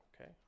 Okay